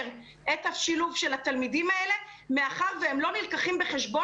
את השילוב של התלמידים האלה מאחר והם לא נלקחים בחשבון